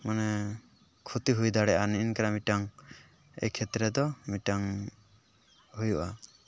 ᱢᱟᱱᱮ ᱠᱷᱚᱛᱤ ᱦᱩᱭᱫᱟᱲᱮᱭᱟᱜᱼᱟ ᱱᱮᱝᱠᱟᱱᱟᱜ ᱢᱤᱫᱴᱟᱝ ᱠᱷᱮᱛᱨᱮᱫᱚ ᱢᱤᱫᱴᱟᱝ ᱦᱩᱭᱩᱜᱼᱟ